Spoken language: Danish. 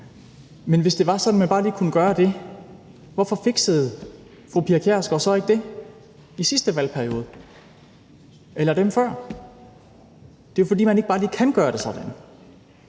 Men hvis det er sådan, at man bare lige kan gøre det, hvorfor fiksede fru Pia Kjærsgaard så ikke det i sidste valgperiode eller den før? Det er jo, fordi man ikke bare lige kan gøre det sådan.